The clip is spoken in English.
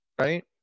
right